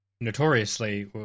notoriously